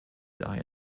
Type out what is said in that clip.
daher